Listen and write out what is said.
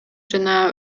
жана